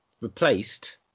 replaced